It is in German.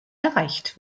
erreicht